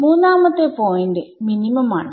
മൂന്നാമത്തെ പോയിന്റ് മിനിമംആണ്